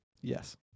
Yes